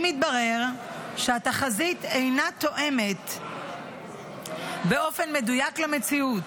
אם יתברר שהתחזית אינה תואמת באופן מדויק למציאות,